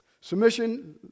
Submission